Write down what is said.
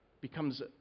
becomes